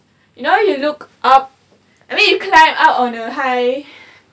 you know you look up I mean you climb up on a high